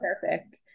perfect